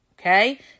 okay